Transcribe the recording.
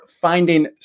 finding